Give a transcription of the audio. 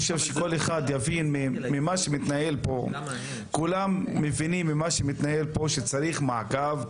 ממה שמתנהל פה כולם מבינים שצריך מעקב צמוד,